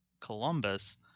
Columbus